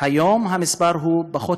היום המספר הוא קצת פחות,